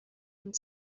and